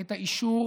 את האישור